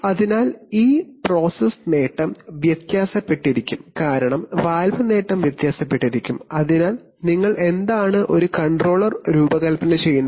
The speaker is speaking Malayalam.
അതിനാൽ ഈ പ്രോസസ് നേട്ടം വ്യത്യാസപ്പെട്ടിരിക്കും കാരണം വാൽവ് നേട്ടം വ്യത്യാസപ്പെട്ടിരിക്കും അതിനാൽ നിങ്ങൾ എന്താണ് ഒരു കൺട്രോളർ രൂപകൽപ്പന ചെയ്യുന്നത്